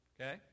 Okay